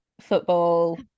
football